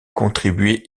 contribué